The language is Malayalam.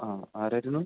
ആ ആരായിരുന്നു